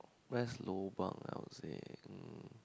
best lobang I would say um